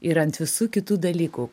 ir ant visų kitų dalykų